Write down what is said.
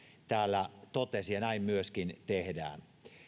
täällä totesi ja näin myöskin tehdään